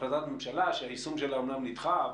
ממשלה שהיישום שלה אמנם נדחה,